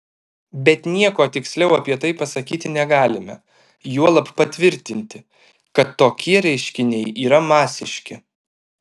bet nieko tiksliau apie tai pasakyti negalime juolab patvirtinti kad tokie reiškiniai yra masiški